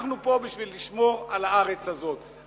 אנחנו פה בשביל לשמור על הארץ הזאת,